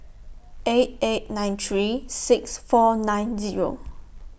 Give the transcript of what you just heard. eight eight nine three six four nine Zero